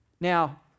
Now